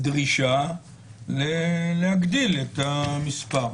ליושב-ראש הוועדה --- הזמני.